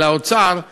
של האוצר,